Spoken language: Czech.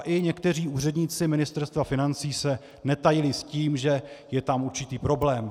I někteří úředníci Ministerstva financí se netajili s tím, že je tam určitý problém.